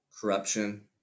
corruption